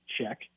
check